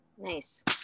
Nice